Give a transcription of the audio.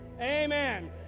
amen